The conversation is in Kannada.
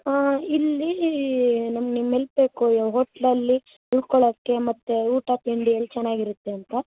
ಇಲ್ಲಿ ನಮಗೆ ನಿಮ್ಮ ಹೆಲ್ಪ್ ಬೇಕು ಈವಾಗ ಹೋಟ್ಲಲ್ಲಿ ಉಳ್ಕೊಳೊಕ್ಕೆ ಮತ್ತು ಊಟ ತಿಂಡಿ ಎಲ್ಲಿ ಚೆನ್ನಾಗಿರುತ್ತೆ ಅಂತ